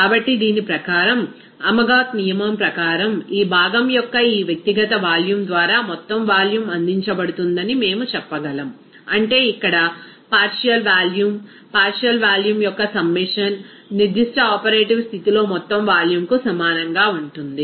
కాబట్టి దీని ప్రకారం అమగాత్ నియమం ప్రకారం ఈ భాగం యొక్క ఈ వ్యక్తిగత వాల్యూమ్ ద్వారా మొత్తం వాల్యూమ్ అందించబడుతుందని మేము చెప్పగలం అంటే ఇక్కడ పార్షియల్ వాల్యూమ్ పార్షియల్ వాల్యూమ్ యొక్క సమ్మషన్ నిర్దిష్ట ఆపరేటివ్ స్థితిలో మొత్తం వాల్యూమ్కు సమానంగా ఉంటుంది